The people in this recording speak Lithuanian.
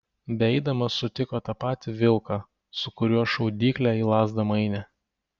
beeidamas sutiko tą patį vilką su kuriuo šaudyklę į lazdą mainė